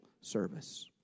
service